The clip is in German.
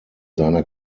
seiner